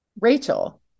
Rachel